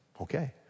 okay